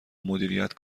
مدیریت